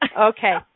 Okay